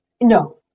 No